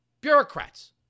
Bureaucrats